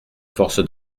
force